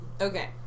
Okay